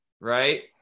right